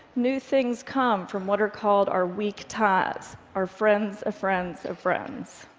new things come from what are called our weak ties, our friends of friends of friends.